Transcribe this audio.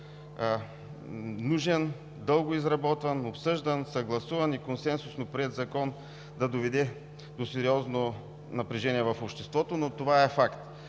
нужен, дълго изработван, обсъждан, съгласуван и консенсусно приет закон – да доведе до сериозно напрежение в обществото, но това е факт.